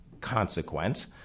consequence